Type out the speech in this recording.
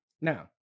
Now